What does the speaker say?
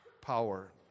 power